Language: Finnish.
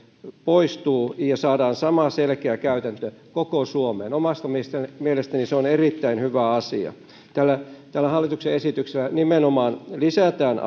poistuu ja saadaan sama selkeä käytäntö koko suomeen omasta mielestäni se on erittäin hyvä asia tällä hallituksen esityksellä nimenomaan lisätään